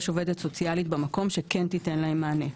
עובדת סוציאלית במקום שכם תיתן להם מענה.